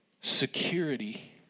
security